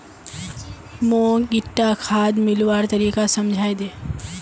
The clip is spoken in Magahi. मौक ईटा खाद मिलव्वार तरीका समझाइ दे